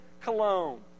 cologne